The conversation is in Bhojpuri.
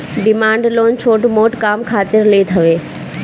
डिमांड लोन छोट मोट काम खातिर लेत हवे